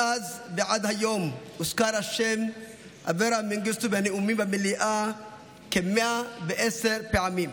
מאז ועד היום הוזכר השם אברה מנגיסטו בנאומים במליאה כ-110 פעמים,